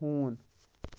ہوٗن